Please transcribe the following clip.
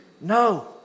No